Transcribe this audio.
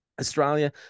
Australia